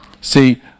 See